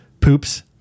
poops